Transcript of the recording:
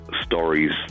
stories